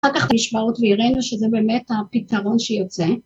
‫אחר כך נשמעות והראינו ‫שזה באמת הפתרון שיוצא.